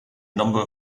number